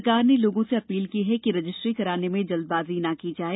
सरकार ने लोगों से अपील की है कि रजिस्ट्री कराने में जल्दबाजी न की जाए